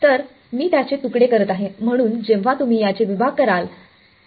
तर मी त्याचे तुकडे करत आहे म्हणून जेव्हा तुम्ही त्याचे विभाग कराल तेव्हा